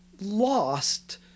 lost